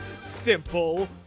simple